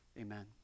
Amen